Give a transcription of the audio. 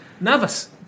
Navas